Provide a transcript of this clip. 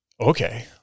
okay